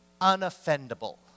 unoffendable